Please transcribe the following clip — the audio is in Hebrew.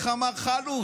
איך אמר חלוץ?